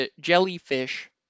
jellyfish